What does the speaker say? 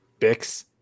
Bix